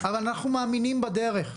אבל אנחנו מאמינים בדרך,